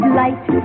light